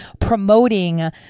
promoting